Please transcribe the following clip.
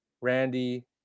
Randy